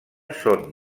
són